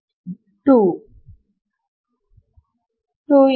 41 0